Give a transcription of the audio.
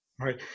Right